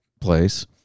place